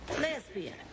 lesbian